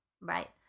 right